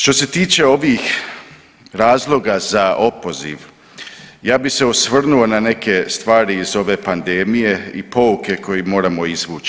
Što se tiče ovih razloga za opoziv ja bih se osvrnuo na neke stvari iz ove pandemije i pouke koje moramo izvući.